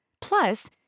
Plus